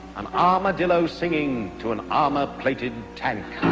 an armadillo singing to an armor-plated tank